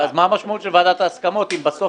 אז מה המשמעות של ועדת ההסכמות אם בסוף